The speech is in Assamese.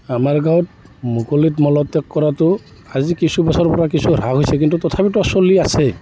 আমাৰ গাঁৱত মুকলিত মল ত্যাগ কৰাতো আজি কিছু বছৰৰ পৰা কিছু হ্ৰাস হৈছে কিন্তু তথাপিতো চলি আছে